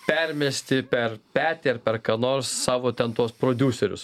permesti per petį ar per ką nors savo ten tuos prodiuserius